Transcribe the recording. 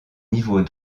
niveau